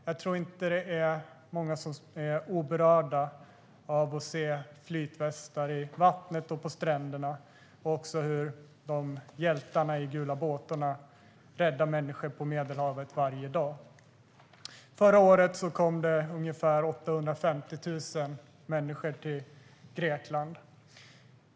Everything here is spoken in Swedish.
Jag tror inte att det är många som är oberörda av att se flytvästar i vattnet och på stränderna och också hur hjältarna i de gula båtarna räddar människor på Medelhavet varje dag. Förra året kom det ungefär 850 000 människor till Grekland.